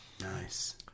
Nice